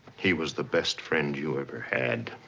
he was the best friend you ever had.